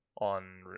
on